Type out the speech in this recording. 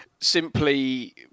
simply